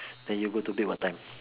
then you go to bed what time